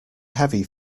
heavy